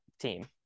team